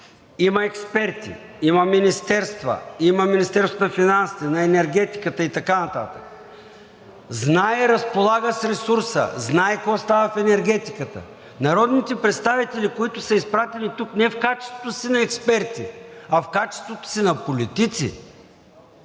има експерти, има министерства, има Министерство на финансите, има Министерство на енергетиката и така нататък, знае и разполага с ресурса, знае какво става в енергетиката. Народните представители, които са изпратени тук не в качеството си на експерти, а в качеството си на политици,